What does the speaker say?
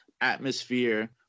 atmosphere